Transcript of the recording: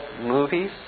movies